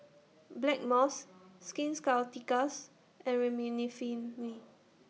Blackmores Skin Ceuticals and Remifemin